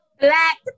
Black